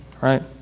right